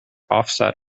offset